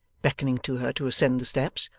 beckoning to her to ascend the steps.